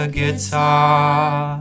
guitar